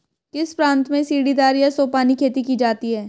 किस प्रांत में सीढ़ीदार या सोपानी खेती की जाती है?